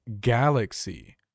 Galaxy